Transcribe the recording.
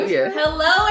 Hello